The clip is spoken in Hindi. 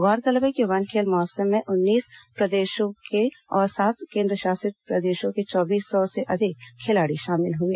गौरतलब है कि वन खेल महोत्सव में उनतीस प्रदेशों और सात केंद्रशासित प्रदेशों के चौबीस सौ से अधिक खिलाड़ी शामिल हुए